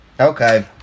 Okay